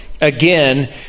again